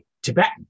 Tibetan